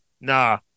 Nah